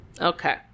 Okay